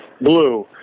Blue